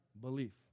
belief